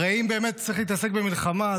הרי אם באמת צריך להתעסק במלחמה,